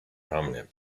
prominent